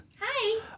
Hi